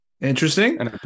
Interesting